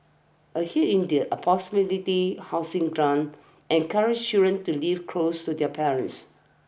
a hike in their a proximity housing grant encourages children to live close to their parents